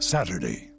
Saturday